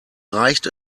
reicht